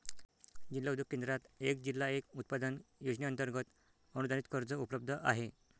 जिल्हा उद्योग केंद्रात एक जिल्हा एक उत्पादन योजनेअंतर्गत अनुदानित कर्ज उपलब्ध आहे